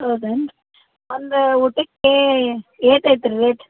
ಹೌದೇನ್ ರೀ ಒಂದು ಊಟಕ್ಕೆ ಏಟು ಐತೆ ರೀ ರೇಟ್